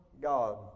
God